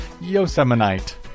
Yosemite